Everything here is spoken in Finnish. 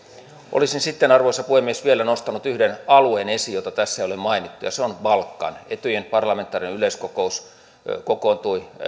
olisin sitten arvoisa puhemies vielä nostanut esiin yhden alueen jota tässä ei ole mainittu ja se on balkan etyjin parlamentaarinen yleiskokous kokoontui